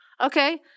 okay